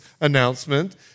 announcement